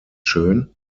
schön